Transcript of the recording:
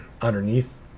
underneath